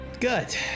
Good